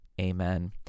amen